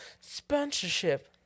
Sponsorship